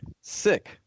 Sick